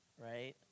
right